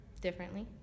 differently